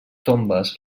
tombes